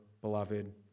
Beloved